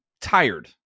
tired